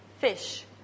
fish